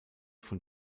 von